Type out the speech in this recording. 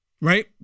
Right